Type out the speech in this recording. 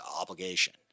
obligation